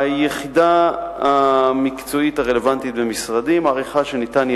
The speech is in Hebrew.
היחידה המקצועית הרלוונטית במשרדי מעריכה שיהיה